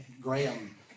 Graham